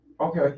Okay